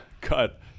Cut